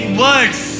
words